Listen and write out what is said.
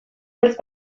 beltz